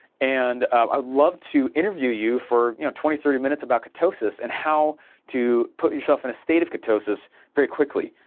ah love to interview you for you know twenty, thirty minutes about ketosis and how to put yourself in a state of ketosis very quickly,